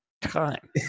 time